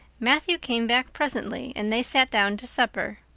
matthew came back presently and they sat down to supper.